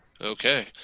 okay